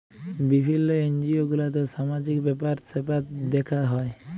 বিভিল্য এনজিও গুলাতে সামাজিক ব্যাপার স্যাপার দ্যেখা হ্যয়